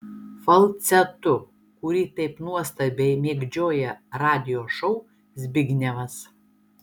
falcetu kurį taip nuostabiai mėgdžioja radijo šou zbignevas